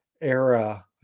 era